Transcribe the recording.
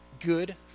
Good